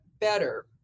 better